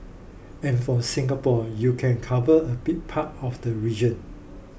and from Singapore you can cover a big part of the region